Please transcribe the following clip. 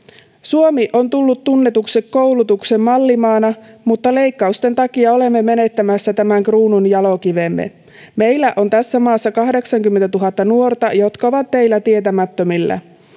suomi on tullut tunnetuksi koulutuksen mallimaana mutta leikkausten takia olemme menettämässä tämän kruununjalokivemme meillä on tässä maassa kahdeksankymmentätuhatta nuorta jotka ovat teillä tietämättömillä